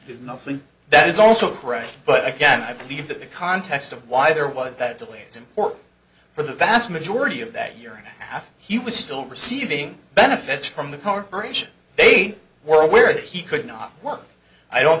do nothing that is also correct but again i believe that the context of why there was that delay is important for the vast majority of that year and a half he was still receiving benefits from the corp they were aware that he could not work i don't